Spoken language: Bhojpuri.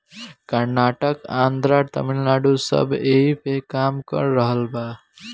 कर्नाटक, आन्द्रा, तमिलनाडू सब ऐइपे काम कर रहल बा